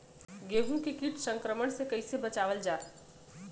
गेहूँ के कीट संक्रमण से कइसे बचावल जा?